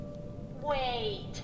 Wait